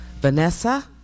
Vanessa